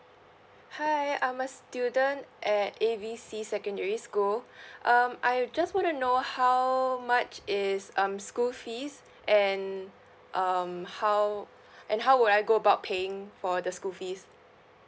hi I'm a student at A B C secondary school um I just want to know how much is um school fees and um how and how would I go about paying for the school fees